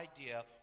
idea